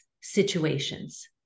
situations